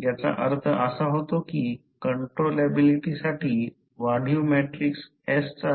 ज्याचा अर्थ असा होतो की कंट्रोलेबिलिटीसाठी वाढीव मॅट्रिक्स S चा रँक n समान आहे